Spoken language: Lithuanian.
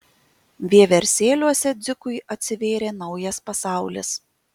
vieversėliuose dzikui atsivėrė naujas pasaulis